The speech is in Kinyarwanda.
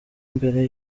mbere